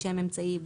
שם אמצעי,